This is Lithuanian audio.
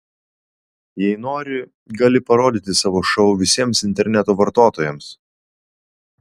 jei nori gali parodyti savo šou visiems interneto vartotojams